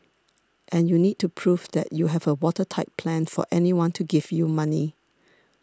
and you need to prove that you have a watertight plan for anyone to give you money